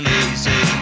easy